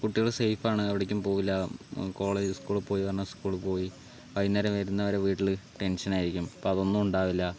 കുട്ടികള് സേഫാണ് എവിടേക്കും പോകില്ല കോളേജ് സ്കൂളിൽ പോയി പറഞ്ഞാൽ സ്കൂളിൽ പോയി വൈകുന്നേരം വരുന്ന വരെ വീട്ടിൽ ടെൻഷനായിരിക്കും അപ്പോൾ അതൊന്നും ഉണ്ടാവില്ല